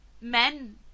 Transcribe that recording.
men